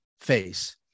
face